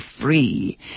free